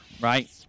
right